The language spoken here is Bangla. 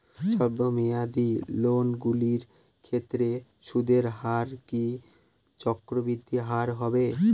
স্বল্প মেয়াদী লোনগুলির ক্ষেত্রে সুদের হার কি চক্রবৃদ্ধি হারে হবে?